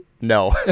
no